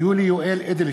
יולי יואל אדלשטיין,